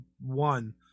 one